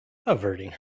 averting